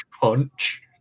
punch